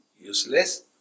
Useless